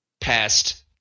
Past